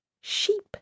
sheep